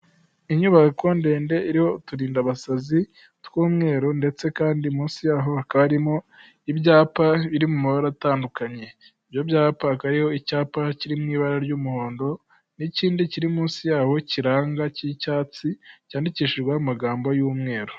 Inyubako ndende iririho uturindabasazi tw'umweru ndetse kandi munsi yaho hakaba harimo ibyapa biri mu mabara atandukanye. Ibyo byapa hakaba hari icyapa kiri mu ibara ry'umuhondo n'ikindi kiri munsi yaho kiranga cy'icyatsi, cyandikishijweho amagambo y'umweru.